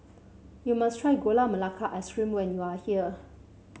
you must try Gula Melaka Ice Cream when you are here